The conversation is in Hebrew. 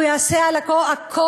והוא יעשה הכול,